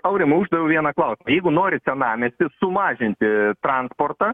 aurimui uždaviau vieną klausimą jeigu norit senamiesty sumažinti transportą